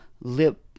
lip